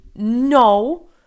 No